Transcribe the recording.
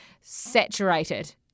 saturated